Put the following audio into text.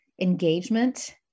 engagement